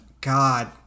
God